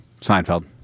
Seinfeld